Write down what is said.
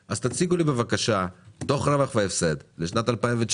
אז תציגו לי בבקשה דוח רווח והפסד לשנת 2019,